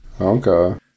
Okay